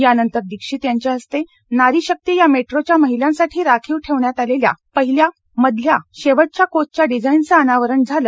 यानंतर दीक्षित यांच्या हस्ते नारी शक्ती या मेट्रोच्या महिलांसाठी राखीव ठेवण्यात आलेल्या पहिल्या मधल्या शेवटच्या कोचच्या डिझाईनचं अनावरण झालं